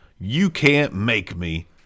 you-can't-make-me